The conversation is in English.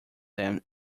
them